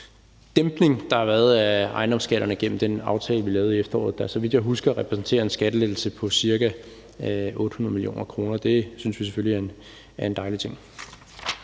dæmpning, der har været af ejendomsskatterne gennem den aftale, vi lavede i efteråret, der, så vidt jeg husker, repræsenterer en skattelettelse på ca. 800 mio. kr. Det synes vi selvfølgelig er en dejlig ting.